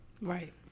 Right